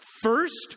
first